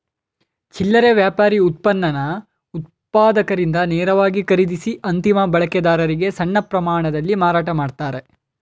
ಚಿಲ್ಲರೆ ವ್ಯಾಪಾರಿ ಉತ್ಪನ್ನನ ಉತ್ಪಾದಕರಿಂದ ನೇರವಾಗಿ ಖರೀದಿಸಿ ಅಂತಿಮ ಬಳಕೆದಾರರಿಗೆ ಸಣ್ಣ ಪ್ರಮಾಣದಲ್ಲಿ ಮಾರಾಟ ಮಾಡ್ತಾರೆ